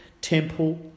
temple